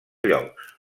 llocs